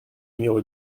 numéro